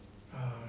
err